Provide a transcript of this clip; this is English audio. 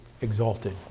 exalted